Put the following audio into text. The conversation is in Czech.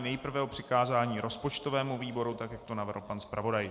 Nejprve o přikázání rozpočtovému výboru tak, jak to navrhl pan zpravodaj.